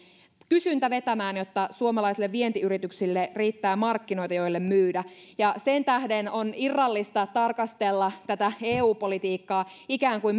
kysyntä vetämään jotta suomalaisille vientiyrityksille riittää markkinoita joille myydä ja sen tähden on irrallista tarkastella tätä eu politiikkaa ikään kuin